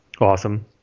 Awesome